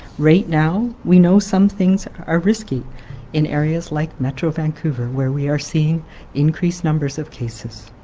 right now we know some things are risky in areas like metro vancouver where we are seeing increased numbers of cases.